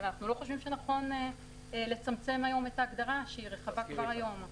ואנחנו לא חושבים שנכון לצמצם היום את ההגדרה שהיא רחבה כבר היום.